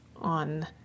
on